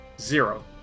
zero